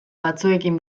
batzuekin